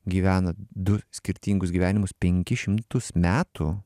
gyvena du skirtingus gyvenimus penkis šimtus metų